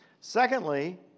Secondly